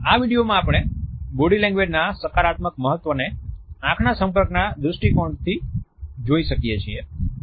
આ વીડિયોમાં આપણે બોડી લેંગ્વેજના સકારાત્મક મહત્વને આંખના સંપર્કના દ્રષ્ટિકોણથી જોઈ શકીએ છીએ